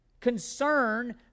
Concern